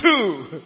two